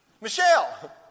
Michelle